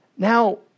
Now